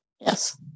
Yes